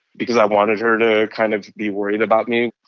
because i wanted her to kind of be worried about me.